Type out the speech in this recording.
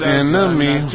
enemy